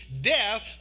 death